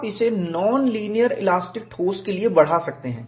आप इसे non linear elastic ठोस के लिए बढ़ा सकते हैं